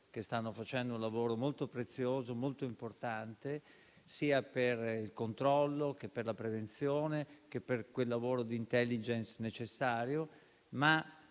che stanno facendo un lavoro molto prezioso e molto importante, sia per il controllo che per la prevenzione e per il necessario lavoro di *intelligence*. Penso che